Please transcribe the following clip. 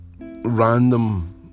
random